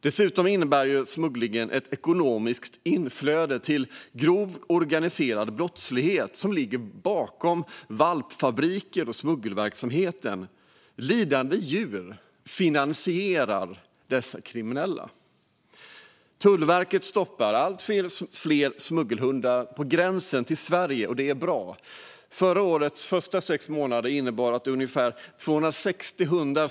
Dessutom innebär smugglingen ett ekonomiskt inflöde till den grova organiserade brottsligheten som ligger bakom valpfabriker och smuggelverksamheten. Dessa kriminella finansieras genom lidande djur. Tullverket stoppar allt fler smuggelhundar på gränsen till Sverige, och det är bra. Under förra årets första sex månader stoppades ungefär 260 hundar.